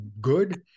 good